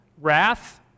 Wrath